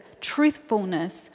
truthfulness